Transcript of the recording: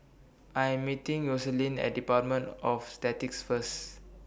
I Am meeting Yoselin At department of Statistics First